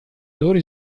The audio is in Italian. loro